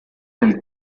del